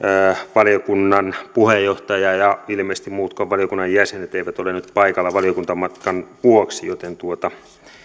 valiokunnan puheenjohtaja ja ja ilmeisesti muutkaan valiokunnan jäsenet eivät ole nyt paikalla valiokuntamatkan vuoksi joten